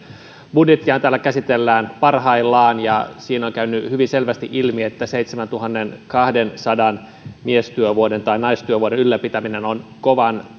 budjettiahan täällä käsitellään parhaillaan ja siinä on käynyt hyvin selvästi ilmi että seitsemäntuhannenkahdensadan miestyövuoden tai naistyövuoden ylläpitäminen on kovan